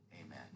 Amen